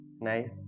nice